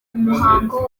umuhango